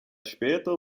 später